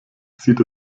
sieht